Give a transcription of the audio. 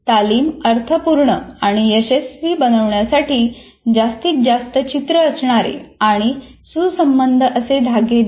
तालीम अर्थपूर्ण आणि यशस्वी बनवण्यासाठी जास्तीत जास्त चित्र असणारे आणि सुसंबद्ध असे धागे द्या